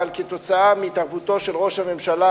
אבל עקב התערבותו של ראש הממשלה,